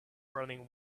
running